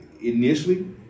initially